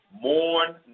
mourn